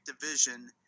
division